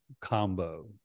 combo